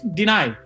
deny